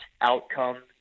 outcome